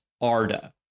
Arda